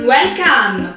Welcome